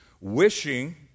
Wishing